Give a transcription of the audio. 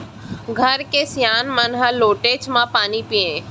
घर के सियान मन लोटेच म पानी पियय